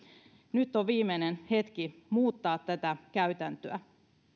nyt on viimeinen hetki muuttaa tätä käytäntöä